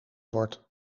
wordt